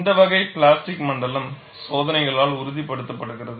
இந்த வகை பிளாஸ்டிக் மண்டலம் சோதனைகளால் உறுதிப்படுத்தப்படுகிறது